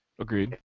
Agreed